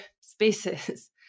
spaces